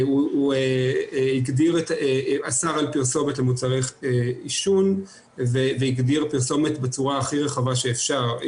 הוא אסר על פרסומת למוצרי עישון והגדיר פרסומת בצורה הכי רחבה שאפשר.